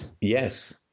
yes